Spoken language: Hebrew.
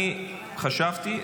אני חשבתי,